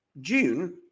June